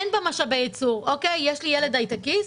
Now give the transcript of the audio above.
אין בה משאבי ייצור יש לי ילד הייטקיסט,